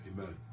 Amen